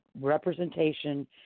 representation